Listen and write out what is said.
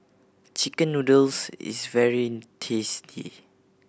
chicken noodles is very tasty